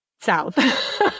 south